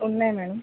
ఉన్నాయి మేడమ్